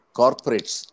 corporates